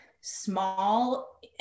small